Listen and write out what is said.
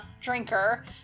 drinker